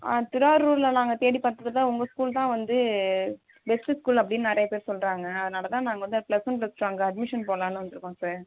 திருவாரூரில் நாங்கள் தேடி பார்த்ததுல உங்கள் ஸ்கூல் தான் வந்து பெஸ்ட்டு ஸ்கூல் அப்படின் நிறைய பேர் சொல்லுறாங்க அதனால் தான் நாங்கள் வந்து ப்ளஸ் ஒன் ப்ளஸ் டூ அங்கே அட்மிஷன் போடலான்னு வந்துருக்கோம் சார்